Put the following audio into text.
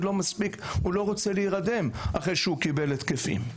לא רוצה להירדם אחרי שהוא קיבל התקפים.